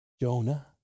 Jonah